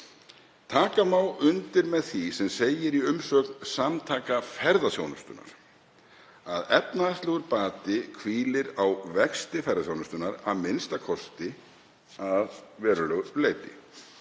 Taka má undir með því sem segir í umsögn Samtaka ferðaþjónustunnar að efnahagslegur bati hvíli á vexti ferðaþjónustunnar, a.m.k. að verulegu leyti.